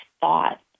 thought